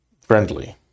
friendly